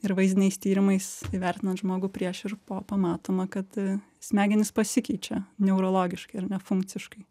ir vaizdiniais tyrimais įvertinant žmogų prieš ir po pamatoma kad smegenys pasikeičia neurologiškai ar ne funkciškai